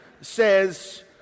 says